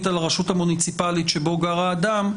על הרשות המוניציפלית שבה גר גר האדם.